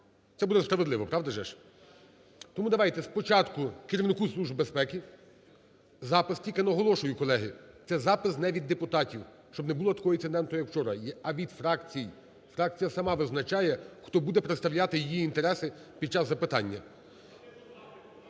Це буде справедливо, правда? Тому давайте спочатку – керівнику Служби безпеки запис. Тільки наголошую, колеги, це не запис від депутатів, щоб не було такого інциденту, як вчора, а від фракцій. Фракція сама визначає, хто буде представляти її інтереси під час запитання.